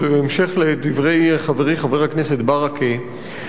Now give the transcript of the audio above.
ובהמשך לדברי חברי חבר הכנסת ברכה,